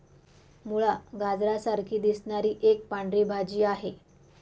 मुळा, गाजरा सारखी दिसणारी एक पांढरी भाजी आहे